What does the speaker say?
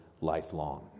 lifelong